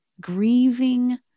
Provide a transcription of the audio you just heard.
grieving